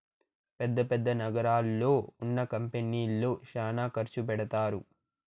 పెద్ద పెద్ద నగరాల్లో ఉన్న కంపెనీల్లో శ్యానా ఖర్చు పెడతారు